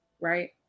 right